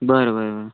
बरं बरं बरं